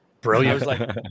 Brilliant